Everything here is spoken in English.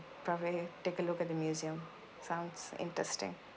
probably take a look at the museum sounds interesting